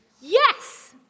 Yes